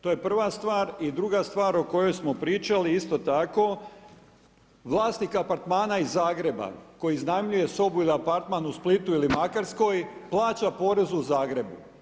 To je prva stvar i druga stvar o kojoj smo pričali isto tako, vlasnik apartmana iz Zagreba, koji iznajmljuje sobu ili apartman u Splitu ili Makarskoj, plaća porez u Zagrebu.